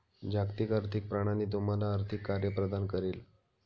जागतिक आर्थिक प्रणाली तुम्हाला आर्थिक कार्ये प्रदान करेल